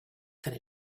could